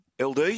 LD